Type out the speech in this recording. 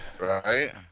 Right